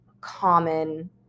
common